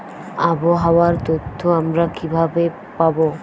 আবহাওয়ার তথ্য আমরা কিভাবে পাব?